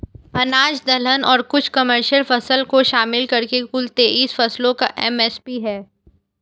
अनाज दलहन और कुछ कमर्शियल फसल को शामिल करके कुल तेईस फसलों का एम.एस.पी है